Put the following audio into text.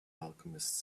alchemist